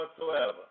whatsoever